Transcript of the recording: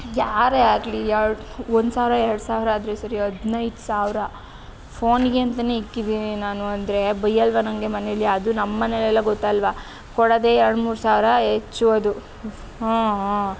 ಯಾರೇ ಆಗಲಿ ಎರಡು ಒಂದು ಸಾವಿರ ಎರಡು ಸಾವಿರ ಆದರೆ ಸರಿ ಹದಿನೈದು ಸಾವಿರ ಫೋನಿಗೇಂತನೆ ಇಕ್ಕಿದಿನಿ ನಾನು ಅಂದರೆ ಬೈಯ್ಯಲ್ವಾ ನನಗೆ ಮನೆಯಲ್ಲಿ ಅದೂ ನಮ್ಮ ಮನೆಯಲ್ಲೆಲ್ಲ ಗೊತ್ತಲ್ವಾ ಕೋಡೋದೇ ಎರಡು ಮೂರು ಸಾವಿರ ಹೆಚ್ಚು ಅದು ಹ್ಞೂ ಹ್ಞೂ